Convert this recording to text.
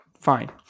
fine